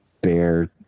bear